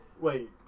Wait